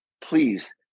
please